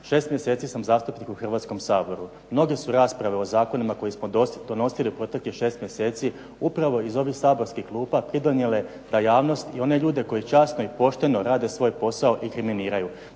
Šest mjeseci sam zastupnik u Hrvatskom saboru. Mnoge su rasprave o zakonima koje smo donosili proteklih šest mjeseci upravo iz saborskih klupa pridonijele da javnost i one ljude koji časno i pošteno rade svoj posao inkriminiraju.